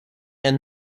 and